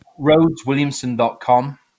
rhodeswilliamson.com